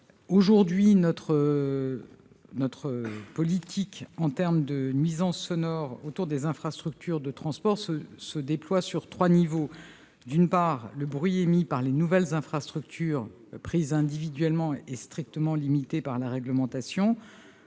complexes. Notre politique en termes de nuisances sonores autour des infrastructures de transport se déploie sur trois niveaux : le bruit émis par les nouvelles infrastructures prises individuellement est strictement limité par la réglementation